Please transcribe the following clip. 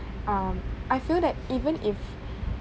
um I feel that even if